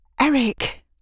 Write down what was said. Eric